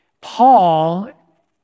Paul